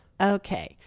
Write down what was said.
Okay